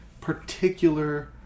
particular